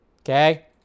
Okay